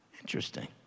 Interesting